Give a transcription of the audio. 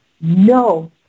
no